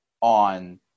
on